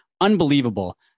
unbelievable